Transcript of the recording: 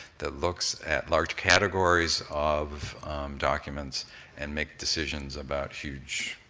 that looks at large categories of documents and makes decisions about huge